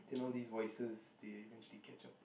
then all these voices they eventually catch up